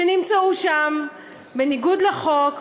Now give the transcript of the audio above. שנמצאו שם בניגוד לחוק,